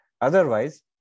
Otherwise